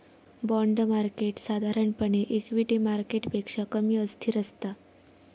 bond market साधारणपणे equity मार्केटपेक्षा कमी अस्थिर असता